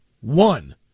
one